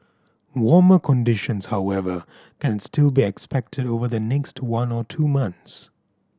warmer conditions however can still be expected over the next one or two months